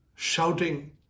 shouting